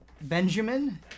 Benjamin